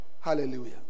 Hallelujah